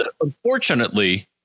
unfortunately